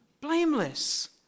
blameless